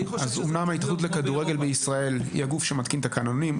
אמנם ההתאחדות לכדורגל בישראל היא הגוף שמתקין תקנונים,